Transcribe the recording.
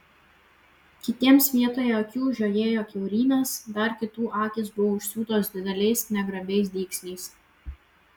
kitiems vietoje akių žiojėjo kiaurymės dar kitų akys buvo užsiūtos dideliais negrabiais dygsniais